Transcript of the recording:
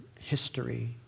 history